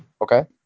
Okay